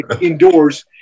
indoors